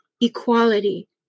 equality